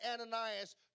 Ananias